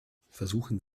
versuchen